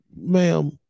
ma'am